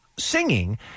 singing